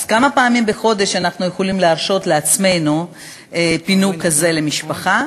אז כמה פעמים בחודש אנחנו יכולים להרשות לעצמנו פינוק כזה למשפחה?